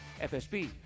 FSB